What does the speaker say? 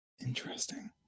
interesting